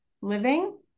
living